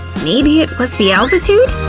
maybe it was the altitude?